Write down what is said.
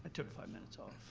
took five minutes off.